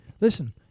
Listen